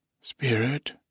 Spirit